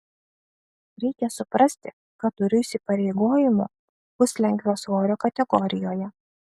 reikia suprasti kad turiu įsipareigojimų puslengvio svorio kategorijoje